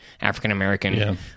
african-american